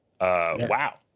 Wow